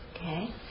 Okay